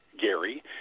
Gary